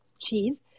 cheese